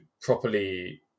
properly